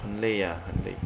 很累 ah 很累